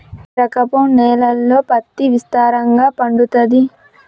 ఏ రకపు నేలల్లో పత్తి విస్తారంగా పండుతది?